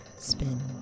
Spin